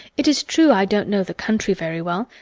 it is true i don't know the country very well,